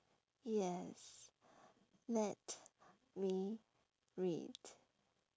yes let me read